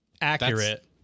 Accurate